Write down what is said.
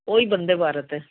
ਉਹ ਹੀ ਬੰਦੇ ਭਾਰਤ